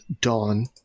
Dawn